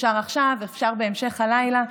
אפשר עכשיו, אפשר בהמשך הלילה.